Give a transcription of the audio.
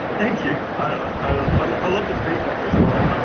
thank you, i love the feedback as well.